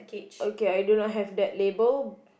okay I do not have that label